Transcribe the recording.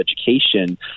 Education